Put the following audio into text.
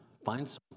Find